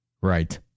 Right